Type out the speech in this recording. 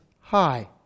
high